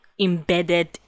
embedded